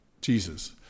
Jesus